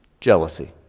Jealousy